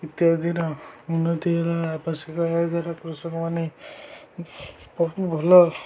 ଇତ୍ୟାଦିର ଉନ୍ନତି ହେ ଆବଶ୍ୟକ ଏହା ଦ୍ୱାରା କୃଷକମାନେ ବହୁ ଭଲ